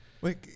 Wait